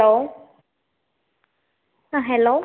hello ആ hello